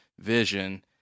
Vision